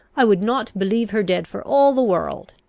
i would not believe her dead for all the world!